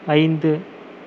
ஐந்து